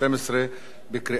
בקריאה שנייה.